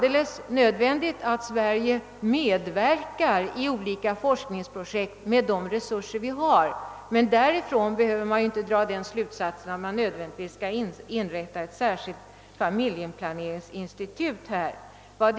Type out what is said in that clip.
Det är nödvändigt att vi medverkar i olika forskningsprojekt med de resurser vi har, men därav behöver man ju inte dra den slutsatsen, att vi nödvändigtvis behöver inrätta ett särskilt familjeplaneringsinstitut här i landet.